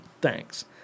Thanks